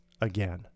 again